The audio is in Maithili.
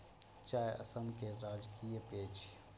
चाय असम केर राजकीय पेय छियै